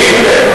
וסטלין ברוסיה.